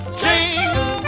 change